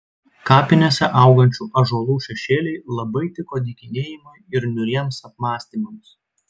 kapinėse augančių ąžuolų šešėliai labai tiko dykinėjimui ir niūriems apmąstymams